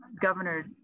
Governor